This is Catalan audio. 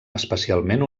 especialment